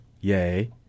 Yay